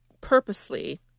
purposely